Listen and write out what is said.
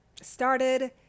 started